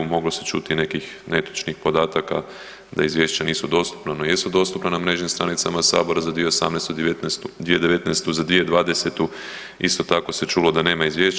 Moglo se čuti nekih netočnih podataka da izvješća nisu dostupna, ona jesu dostupna na mrežnim stranicama sabora za 2018., 2019., za 2020. isto tako se čulo da nema izvješća.